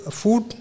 food